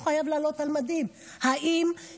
לא חייבים לעלות על מדים, יש